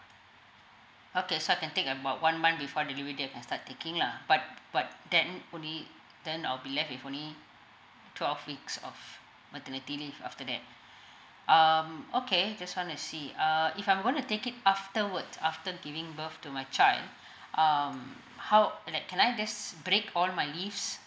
okay so can take about one month before the delivery date I can start taking lah but but then only then I'll be left with only twelve weeks of maternity leave after that um okay just want to see uh if I'm going to take it afterwards after giving birth to my child um how and like can I just break all my leaves